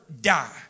die